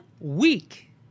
week